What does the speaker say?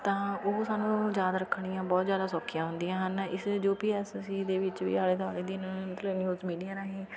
ਤਾਂ ਉਹ ਸਾਨੂੰ ਯਾਦ ਰੱਖਣੀਆਂ ਬਹੁਤ ਜ਼ਿਆਦਾ ਸੌਖੀਆਂ ਹੁੰਦੀਆਂ ਹਨ ਇਸ U P S C R ਦੇ ਵਿੱਚ ਵੀ ਆਲੇ ਦੁਆਲੇ ਦੀ ਮਤਲਬ ਨਿਊਜ਼ ਮੀਡੀਆ ਰਾਹੀਂ